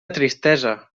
tristesa